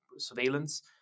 surveillance